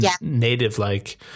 native-like